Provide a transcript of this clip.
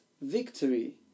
victory